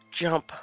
jump